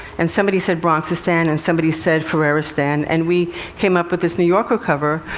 and somebody said bronxistan, and somebody said ferreristan, and we came up with this new yorker cover,